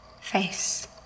face